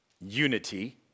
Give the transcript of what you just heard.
unity